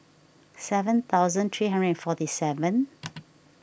seven thousand three hundred and forty seven